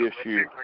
issue